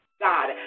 God